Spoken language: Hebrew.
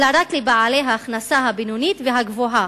אלא רק לבעלי ההכנסה הבינונית והגבוהה,